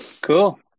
Cool